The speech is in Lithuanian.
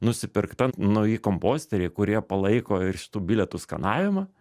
nusipirkta nauji komposteriai kurie palaiko ir šitų bilietų skanavimą